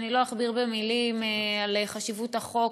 אני לא אכביר מילים על חשיבות החוק.